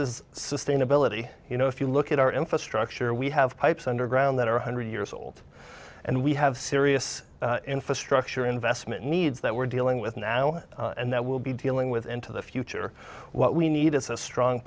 this is sustainability you know if you look at our infrastructure we have pipes underground that are one hundred years old and we have serious infrastructure investment needs that we're dealing with now and that will be dealing with into the future what we need is a strong